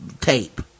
tape